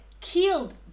killed